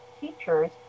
teachers